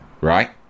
Right